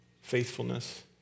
faithfulness